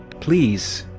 please!